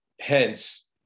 hence